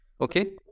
Okay